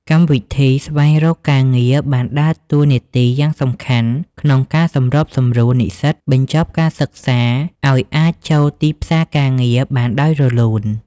កម្មវិធីស្វែងរកការងារបានដើរតួនាទីយ៉ាងសំខាន់ក្នុងការសម្របសម្រួលនិស្សិតបញ្ចប់ការសិក្សាឱ្យអាចចូលទីផ្សារការងារបានដោយរលូន។